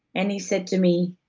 and he said to me,